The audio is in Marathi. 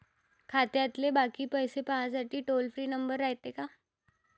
खात्यातले बाकी पैसे पाहासाठी टोल फ्री नंबर रायते का?